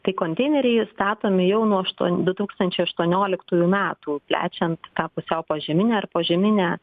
tai konteineriai statomi jau nuo aštuon du tūkstančiai aštuonioliktųjų metų plečiant tą pusiau požeminę ar požeminę